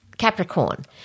capricorn